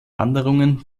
wanderungen